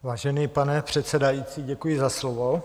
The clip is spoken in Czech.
Vážený pane předsedající, děkuji za slovo.